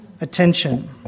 attention